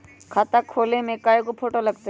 खाता खोले में कइगो फ़ोटो लगतै?